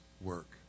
work